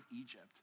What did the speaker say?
Egypt